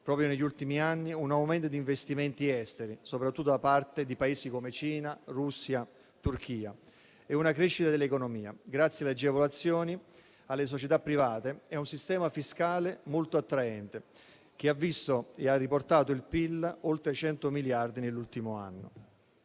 proprio negli ultimi anni, un aumento di investimenti esteri, soprattutto da parte di Paesi come Cina, Russia e Turchia, e una crescita dell'economia grazie alle agevolazioni, alle società private e a un sistema fiscale molto attraente, che ha riportato il PIL a oltre 100 miliardi nell'ultimo anno.